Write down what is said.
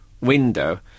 window